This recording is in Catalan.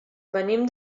venim